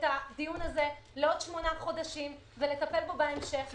לדחות את הדיון הזה לעוד שמונה חודשים ולטפל בו בהמשך.